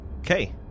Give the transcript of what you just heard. Okay